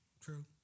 True